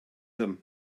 him